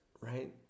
Right